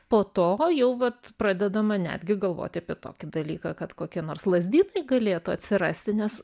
po to jau vat pradedama netgi galvoti apie tokį dalyką kad kokie nors lazdynai galėtų atsirasti nes